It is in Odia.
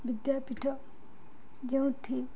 ବିଦ୍ୟାପୀଠ ଯେଉଁଠି